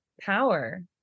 power